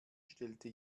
stellte